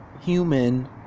human